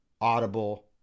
Audible